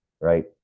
right